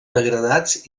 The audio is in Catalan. degradats